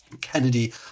Kennedy